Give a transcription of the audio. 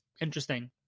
interesting